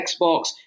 Xbox